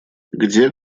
где